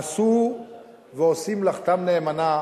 עשו ועושים מלאכתם נאמנה